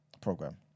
program